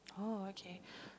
oh okay